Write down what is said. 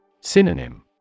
Synonym